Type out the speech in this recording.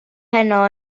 heno